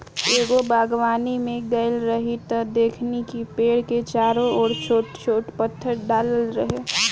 एगो बागवानी में गइल रही त देखनी कि पेड़ के चारो ओर छोट छोट पत्थर डालल रहे